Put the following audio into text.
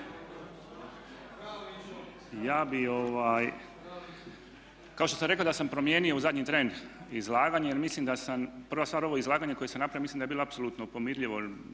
ja bih kao što sam rekao da sam promijenio u zadnji tren izlaganje jer mislim da sam, prva stvar ovo izlaganje koje sam napravio mislim da je bilo apsolutno pomirljivo